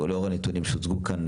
לאור הנתונים שהוצגו כאן.